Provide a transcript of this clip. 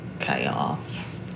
chaos